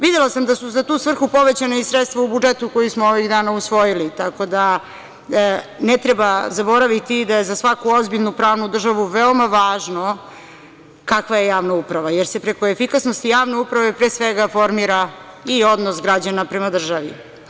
Videla sam da su za tu svrhu povećana i sredstva u budžetu, koji smo ovih dana usvojili, tako da, ne treba zaboraviti da je za svaku ozbiljnu pravnu državu veoma važno kakva je javna uprava, jer se preko efikasnosti javne uprave, pre svega, formira i odnos građana prema državi.